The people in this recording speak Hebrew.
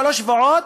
שלושה שבועות,